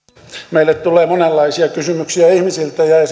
meille tulee monenlaisia kysymyksiä ihmisiltä ja ja